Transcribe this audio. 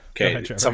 okay